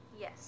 Yes